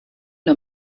nur